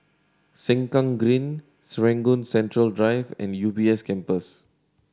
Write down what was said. Sengkang Green Serangoon Central Drive and U B S Campus